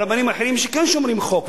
ברבנים האחרים שכן שומרים חוק,